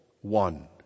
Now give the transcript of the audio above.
one